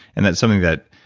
and that's something that,